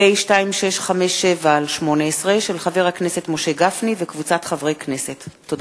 מאת חבר הכנסת אמנון